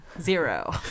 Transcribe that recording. zero